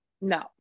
no